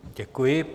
Děkuji.